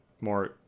more